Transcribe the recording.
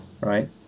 Right